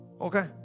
Okay